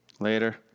Later